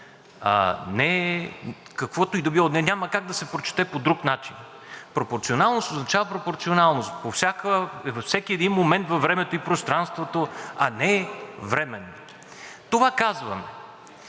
Ананиев. Няма как да се прочете по друг начин. Пропорционалност означава пропорционалност във всеки един момент във времето и пространството, а не временно. Това казвам.